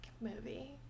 movie